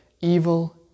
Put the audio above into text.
evil